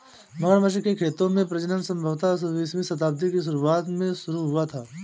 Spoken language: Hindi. मगरमच्छ के खेतों में प्रजनन संभवतः बीसवीं शताब्दी की शुरुआत में शुरू हुआ था